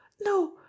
no